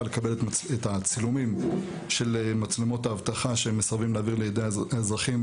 לקבל את הצילומים של מצלמות האבטחה שהם מסרבים להעביר לידי האזרחים.